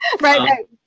right